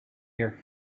here